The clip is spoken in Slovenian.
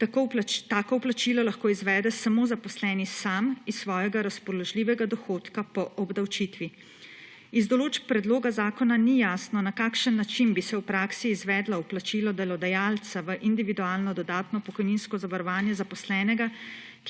Tako vplačilo lahko izvede samo zaposleni sam iz svojega razpoložljivega dohodka po obdavčitvi. Iz določb predloga zakona ni jasno, na kakšen način bi se v praksi izvedlo vplačilo delodajalca v individualno dodatno pokojninsko zavarovanje zaposlenega,